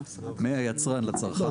מהיצרן לצרכן.